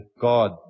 God